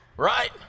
Right